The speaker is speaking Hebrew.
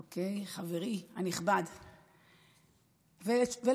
אוקיי, חברי הנכבד, לתשובה: